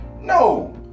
No